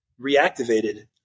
reactivated